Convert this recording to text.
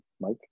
Mike